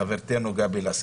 חברתנו גבי לסקי,